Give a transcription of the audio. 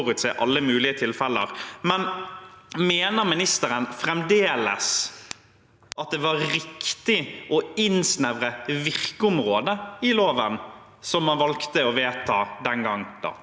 Mener ministeren fremdeles at det var riktig å innsnevre virkeområdet i loven, som man valgte å vedta den gangen?